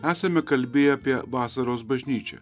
esame kalbėję apie vasaros bažnyčią